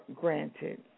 granted